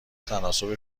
تناسب